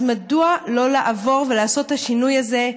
אז מדוע לא לעבור ולעשות את השינוי הזה?